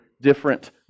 different